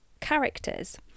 characters